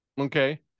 okay